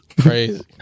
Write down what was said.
Crazy